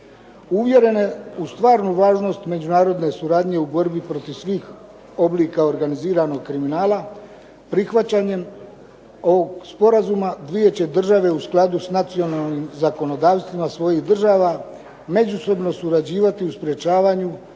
Uvjerene u stvarnu važnost međunarodne suradnje u borbi protiv svih oblika organiziranog kriminala, prihvaćanjem ovog sporazuma dvije će države u skladu sa nacionalnim zakonodavstvom svojih država, međusobno surađivati u sprečavanju,